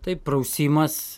taip prausimas